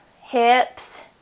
hips